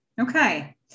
Okay